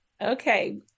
Okay